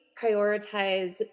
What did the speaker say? prioritize